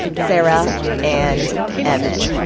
sarah and emmett.